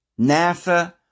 NASA